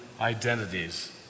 identities